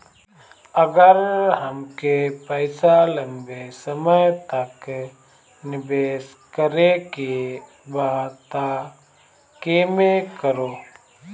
अगर हमके पईसा लंबे समय तक निवेश करेके बा त केमें करों?